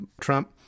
Trump